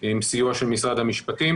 עם סיוע של משרד המשפטים.